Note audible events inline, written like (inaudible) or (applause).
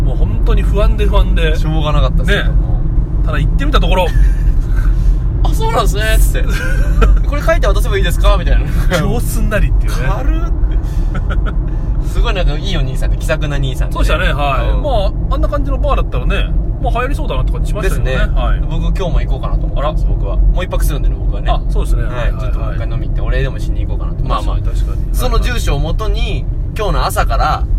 もう本当に不安で不安で。しょうがなかったっすけども、ね。多分。ただ行ってみたところ。 (laughs) あ、そうなんすねっつって。 (laughs) これ書いて渡せばいいですか？みたいな。すんなりっていうね。軽っ、って。 (laughs) すごいなんかいいお兄さんで、気さくな兄さんでね。そうでしたね。はい。うん。まあ、あんな感じのバーだったらね、まあ、流行りそうだなって感じしましたけどね。ですね。はい。僕今日も行こうかなと思ってます、あら。僕は。もう一泊するんでね、僕はね。あ、そうですね。はいはいはい。はい。ちょっともう一回飲み行って、はい。お礼でもしに行こうかなって。まあまあ。確かに確かに。はいはい。その住所を元に、今日の朝から